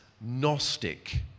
Gnostic